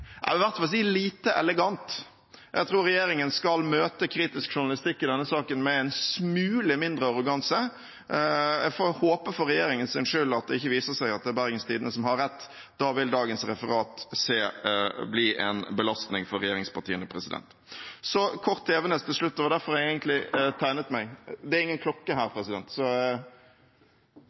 lite elegant. Jeg tror regjeringen skal møte kritisk journalistikk i denne saken med en smule mindre arroganse. Jeg får håpe for regjeringens skyld at det ikke viser seg at det er Bergens Tidende som har rett. Da vil dagens referat bli en belastning for regjeringspartiene. Kort til Evenes til slutt, det var derfor jeg egentlig tegnet meg. – Det er ingen klokke her.